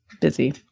busy